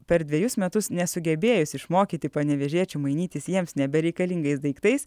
per dvejus metus nesugebėjus išmokyti panevėžiečių mainytis jiems nebereikalingais daiktais